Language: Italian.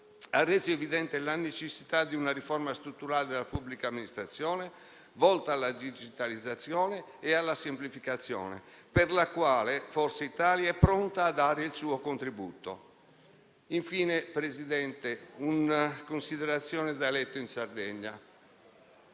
ha reso evidente la necessità di una riforma strutturale della pubblica amministrazione volta alla digitalizzazione e alla semplificazione, per la quale Forza Italia è pronta a dare il suo contributo. Signor Presidente, faccio infine una considerazione da eletto in Sardegna.